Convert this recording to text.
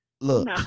Look